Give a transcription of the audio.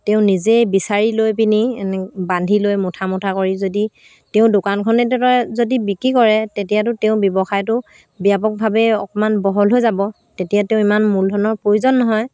তেওঁ নিজেই বিচাৰি লৈ পিনি এনে বান্ধি লৈ মুঠা মুঠা কৰি যদি তেওঁ দোকানখনে যদি বিক্ৰী কৰে তেতিয়াতো তেওঁ ব্যৱসায়টো ব্যাপকভাৱে অকমান বহল হৈ যাব তেতিয়া তেওঁ ইমান মূলধনৰ প্ৰয়োজন নহয়